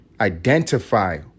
identify